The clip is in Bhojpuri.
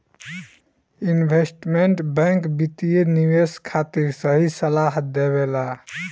इन्वेस्टमेंट बैंक वित्तीय निवेश खातिर सही सलाह देबेला